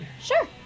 sure